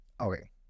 okay